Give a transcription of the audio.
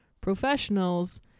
professionals